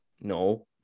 no